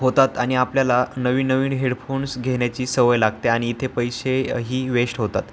होतात आणि आपल्याला नवीन नवीन हेडफोन्स घेण्याची सवय लागते आणि इथे पैसे ही वेश्ट होतात